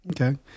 Okay